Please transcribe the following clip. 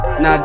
Now